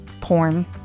porn